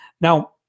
Now